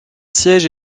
siège